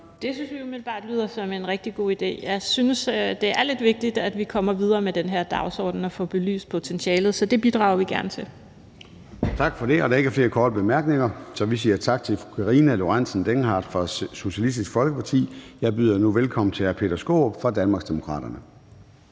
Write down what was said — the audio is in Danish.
Det synes vi umiddelbart lyder som en rigtig god idé. Jeg synes, det er vigtigt, at vi kommer videre med den her dagsorden og får belyst potentialet, så det bidrager vi gerne til. Kl. 14:16 Formanden (Søren Gade): Tak for det. Der er ikke flere korte bemærkninger, så vi siger tak til fru Karina Lorentzen Dehnhardt fra Socialistisk Folkeparti. Jeg byder nu velkommen til hr. Peter Skaarup fra Danmarksdemokraterne.